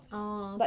orh